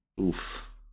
Oof